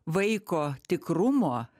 vaiko tikrumo